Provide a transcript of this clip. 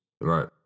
Right